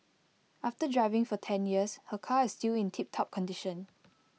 after driving for ten years her car is still in tiptop condition